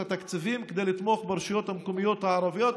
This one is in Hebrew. התקציבים כדי לתמוך ברשויות המקומיות הערביות,